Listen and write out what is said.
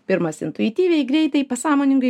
pirmas intuityviai greitai pasąmoningai